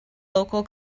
local